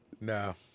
No